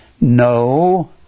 no